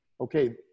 okay